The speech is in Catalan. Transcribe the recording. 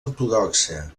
ortodoxa